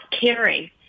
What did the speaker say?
caring